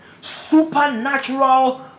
Supernatural